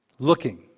Looking